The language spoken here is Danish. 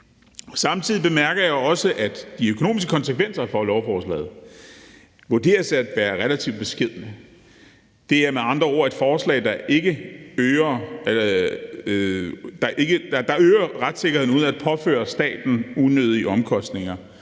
Samtidig bemærker jeg også, at de økonomiske konsekvenser for lovforslaget vurderes at være relativt beskedne. Det er med andre ord et forslag, der øger retssikkerheden uden at påføre staten unødige omkostninger.